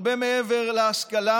הרבה מעבר להשכלה,